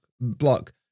block